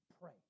pray